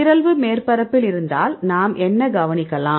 பிறழ்வு மேற்பரப்பில் இருந்தால் நாம் என்ன கவனிக்கலாம்